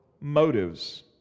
motives